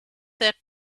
that